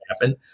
happen